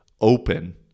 Open